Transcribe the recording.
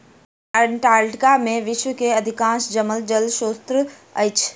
Antarctica में विश्व के अधिकांश जमल जल स्त्रोत अछि